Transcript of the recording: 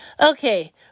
Okay